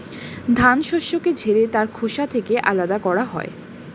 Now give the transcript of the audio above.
ধান শস্যকে ঝেড়ে তার খোসা থেকে আলাদা করা হয়